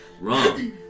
Wrong